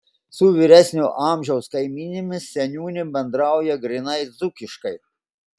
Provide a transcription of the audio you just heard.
su vyresnio amžiaus kaimynėmis seniūnė bendrauja grynai dzūkiškai